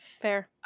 Fair